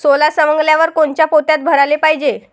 सोला सवंगल्यावर कोनच्या पोत्यात भराले पायजे?